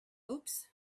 oops